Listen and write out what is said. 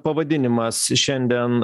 pavadinimas šiandien